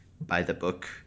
by-the-book